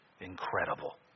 Incredible